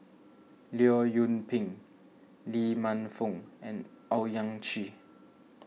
Leong Yoon Pin Lee Man Fong and Owyang Chi